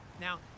Now